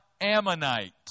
Ammonite